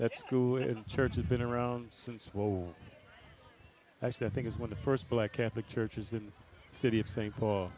that's true if church had been around since well actually i think is one of the first black catholic churches in city of st paul